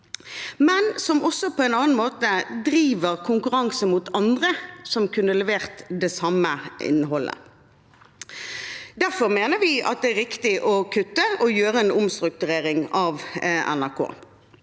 en annen måte driver konkurranse mot andre som kunne levert det samme innholdet. Derfor mener vi at det er riktig å kutte til og gjøre en omstrukturering av NRK.